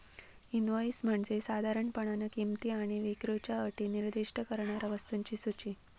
invoice म्हणजे साधारणपणान किंमत आणि विक्रीच्यो अटी निर्दिष्ट करणारा वस्तूंची सूची